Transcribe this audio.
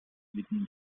within